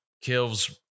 kills